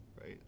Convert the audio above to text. right